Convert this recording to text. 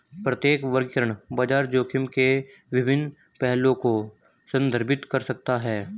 प्रत्येक वर्गीकरण बाजार जोखिम के विभिन्न पहलुओं को संदर्भित कर सकता है